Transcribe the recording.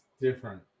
different